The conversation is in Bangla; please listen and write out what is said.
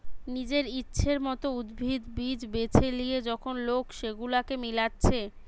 নিজের ইচ্ছের মত উদ্ভিদ, বীজ বেছে লিয়ে যখন লোক সেগুলাকে মিলাচ্ছে